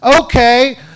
Okay